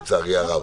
לצערי הרב,